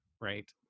right